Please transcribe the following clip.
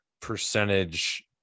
percentage